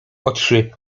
oczy